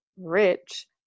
rich